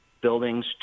buildings